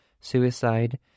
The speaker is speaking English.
suicide